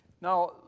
Now